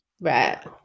right